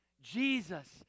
Jesus